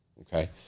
okay